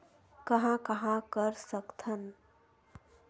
कहां कहां कर सकथन?